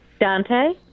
Dante